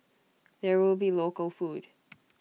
there will be local food